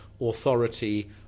authority